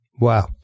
Wow